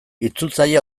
itzultzaile